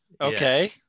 Okay